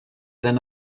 then